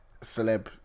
Celeb